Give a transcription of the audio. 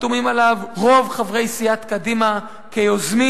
חתומים עליה רוב חברי סיעת קדימה כיוזמים.